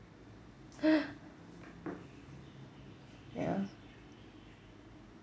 !huh! ya